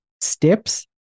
steps